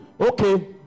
Okay